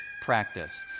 practice